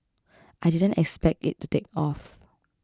I didn't expect it to take off